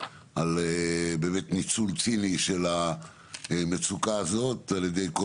על באמת ניצול ציני של המצוקה הזאת על ידי כל